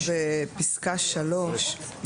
(הישיבה נפסקה בשעה 11:33 ונתחדשה בשעה 11:38.)